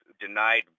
denied